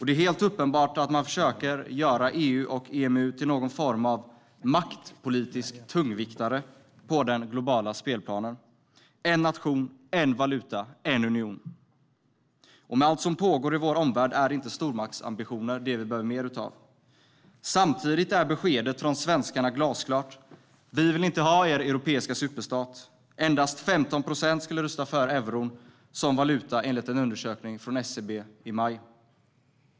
Det är uppenbart att man försöker göra EU och EMU till någon form av maktpolitisk tungviktare på den globala spelplanen: en nation, en valuta och en union. Men med allt som pågår i vår omvärld är inte stormaktsambitioner det vi behöver mer av. Samtidigt är beskedet från svenskarna glasklart: Vi vill inte ha er europeiska superstat. Endast 15 procent skulle rösta för euron som valuta, enligt en undersökning från SCB i maj.